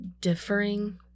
differing